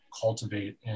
cultivate